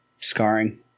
scarring